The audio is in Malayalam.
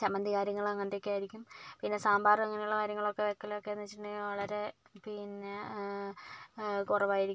ചമ്മന്തി കാര്യങ്ങൾ അങ്ങനത്തെ ഒക്കെ ആയിരിക്കും പിന്നെ സാമ്പാർ അങ്ങനെയുള്ള കാര്യങ്ങളൊക്കെ വെക്കലൊക്കെ എന്ന് വെച്ചിട്ടുണ്ടെങ്കിൽ വളരെ പിന്നെ കുറവായിരിക്കും